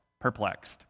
perplexed